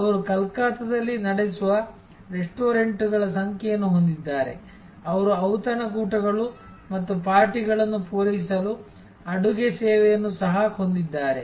ಅವರು ಕಲ್ಕತ್ತಾದಲ್ಲಿ ನಡೆಸುವ ರೆಸ್ಟೋರೆಂಟ್ಗಳ ಸಂಖ್ಯೆಯನ್ನು ಹೊಂದಿದ್ದಾರೆ ಅವರು ಔತಣಕೂಟಗಳು ಮತ್ತು ಪಾರ್ಟಿಗಳನ್ನು ಪೂರೈಸಲು ಅಡುಗೆ ಸೇವೆಯನ್ನು ಸಹ ಹೊಂದಿದ್ದಾರೆ